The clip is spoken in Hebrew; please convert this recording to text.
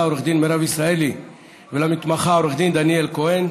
עו"ד מירב ישראלי והמתמחה עו"ד דניאל כהן,